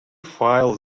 file